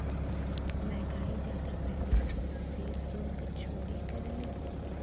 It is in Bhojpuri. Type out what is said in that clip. महंगाई जादा भइले से सुल्क चोरी करेलन